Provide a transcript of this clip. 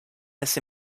this